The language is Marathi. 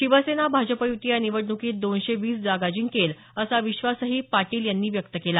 शिवसेना भाजप युती या निवडणुकीत दोनशे वीस जागा जिंकेल असा विश्वासही पाटील यांनी व्यक्त केला